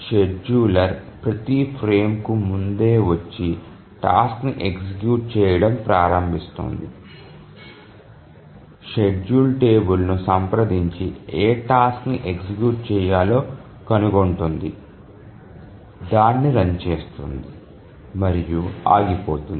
scheduler ప్రతి ఫ్రేమ్కు ముందే వచ్చి టాస్క్ ని ఎగ్జిక్యూట్ చేయడం ప్రారంభిస్తుంది షెడ్యూల్ టేబుల్ ను సంప్రదించి ఏ టాస్క్ ని ఎగ్జిక్యూట్ చేయాలో కనుగొంటుంది దాన్ని రన్ చేస్తుంది మరియు ఆగిపోతుంది